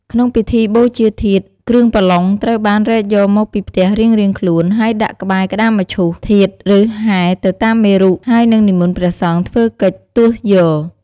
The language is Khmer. ក្នុងពិធីបូជាធាតុ គ្រឿងបន្លុងត្រូវបានរែកយកមកពីផ្ទះរៀងៗខ្លួន ហើយដាក់ក្បែរក្តារមឈូសធាតុ ឬហែទៅតាមមេរុ ហើយនិមន្តព្រះសង្ឃធ្វើកិច្ចទស់យក។